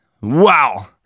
Wow